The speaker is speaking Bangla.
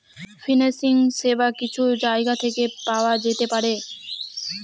ফিন্যান্সিং সেবা কিছু জায়গা থেকে পাওয়া যেতে পারে